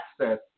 access